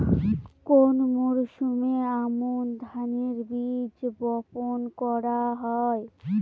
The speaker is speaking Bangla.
কোন মরশুমে আমন ধানের বীজ বপন করা হয়?